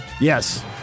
Yes